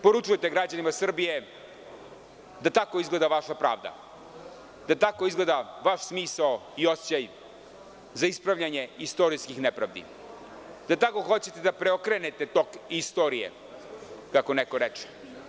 Poručujete građanima Srbije da tako izgleda vaša pravda, da tako izgleda vaš smisao i osećaj za ispravljanje istorijskih nepravdi, da tako hoćete da preokrenete tok istorije, kako neko reče.